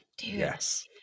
Yes